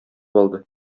алды